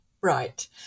Right